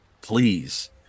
please